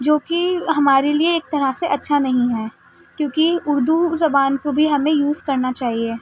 جو کہ ہمارے لیے ایک طرح سے اچھا نہیں ہے کیوںکہ اردو زبان کو بھی ہمیں یوز کرنا چاہیے